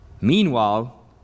Meanwhile